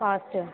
cost